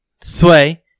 sway